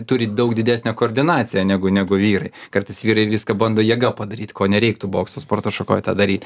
turi daug didesnę koordinaciją negu negu vyrai kartais vyrai viską bando jėga padaryt ko nereiktų bokso sporto šakoj tą daryt